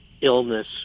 illness